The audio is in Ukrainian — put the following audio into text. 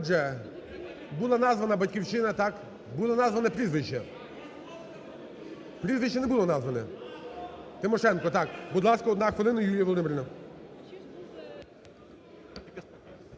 Отже, була названа "Батьківщина", так? Було названо прізвище. Прізвище не було назване? Тимошенко, так. Будь ласка, одна хвилина, Юлія Володимирівна.